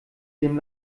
dem